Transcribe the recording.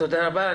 תודה רבה.